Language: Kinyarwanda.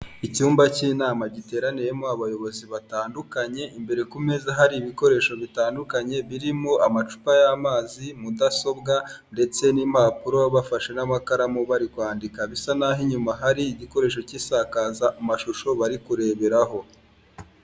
Icyumba cy'inama giteraniyemo abayobozi batandukanye, imbere ku meza hari ibikoresho bitandukanye birimo: amacupa y'amazi, mudasobwa ndetse n'impapuro bafashe n'amakaramu bari kwandika, bisa naho inyuma hari igikoresho cy'isakaza amashusho bari kureberaho.